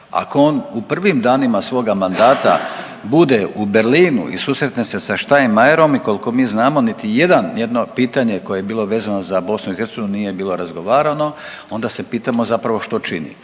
ako on u prvim danima svoga mandata bude u Berlinu i susretne se sa …/Govornik se ne razumije./… i koliko mi znamo niti jedan, jedno pitanje koje je bilo vezano za BiH nije bilo razgovarano onda se pitamo zapravo što čini.